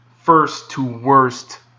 first-to-worst